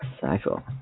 cycle